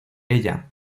ella